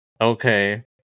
okay